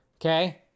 Okay